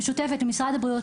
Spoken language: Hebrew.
משותפת עם משרד הבריאות,